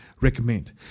recommend